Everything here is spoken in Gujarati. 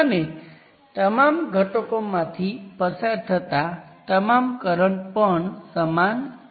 આપણી પાસે માત્ર લિનિયર રેઝિસ્ટર હશે જે R ઇક્વિવેલન્ટ દ્વારા આપવામાં આવે છે